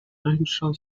financial